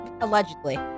Allegedly